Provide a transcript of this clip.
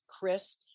Chris